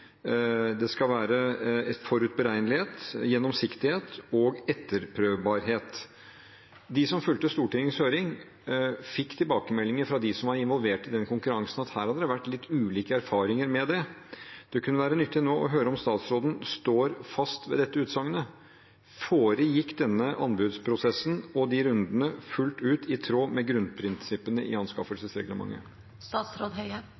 forutberegnelighet, gjennomsiktighet og etterprøvbarhet.» De som fulgte Stortingets høring, fikk tilbakemeldinger fra dem som er involvert i denne konkurransen, om at det har vært litt ulike erfaringer med det. Det kunne vært nyttig å høre nå om statsråden står fast ved dette utsagnet. Foregikk denne anbudsprosessen og de rundene fullt ut i tråd med grunnprinsippene i